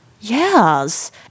Yes